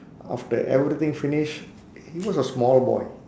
after everything finish he was a small boy